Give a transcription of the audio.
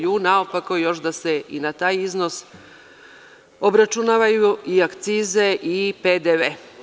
Ju, naopako još da se i na taj iznos obračunavaju i akcize i PDV.